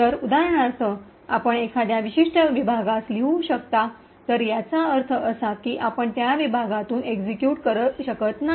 तर उदाहरणार्थ आपण एखाद्या विशिष्ट विभागास लिहू शकता तर याचा अर्थ असा की आपण त्या विभागातून एक्सिक्यूट करू शकत नाही